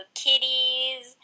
kitties